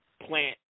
plant